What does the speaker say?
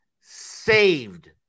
saved